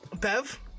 Bev